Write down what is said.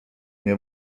nie